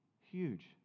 Huge